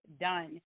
done